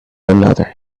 another